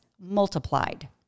multiplied